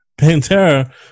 Pantera